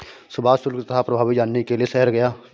सुभाष शुल्क तथा प्रभावी जानने के लिए शहर गया